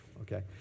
okay